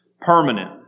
permanent